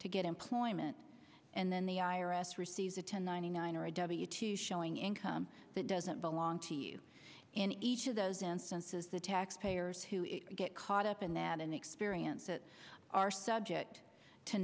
to get employment and then the i r s receives a ten ninety nine or a w two showing income that doesn't belong to you in each of those instances the tax payers who get caught up in that and experience that are subject to